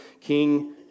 king